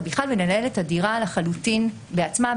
בכלל ולנהל את הדירה לחלוטין בעצמם.